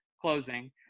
closing